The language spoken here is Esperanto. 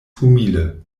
humile